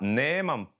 nemam